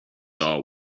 are